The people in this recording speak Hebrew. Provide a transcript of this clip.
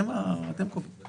אתם הקובעים.